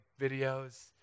videos